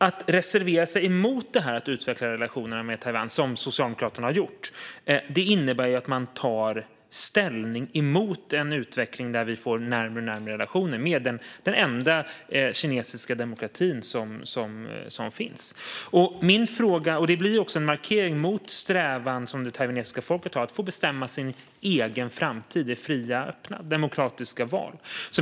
Att reservera sig mot att utveckla relationerna med Taiwan, som Socialdemokraterna har gjort, innebär ju att man tar ställning mot en utveckling där vi får närmare och närmare relationer med den enda kinesiska demokrati som finns. Det blir också en markering mot den strävan som det taiwanesiska folket har att få bestämma sin egen framtid i fria och öppna demokratiska val.